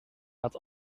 met